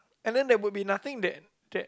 and then there would be nothing that that